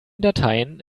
dateien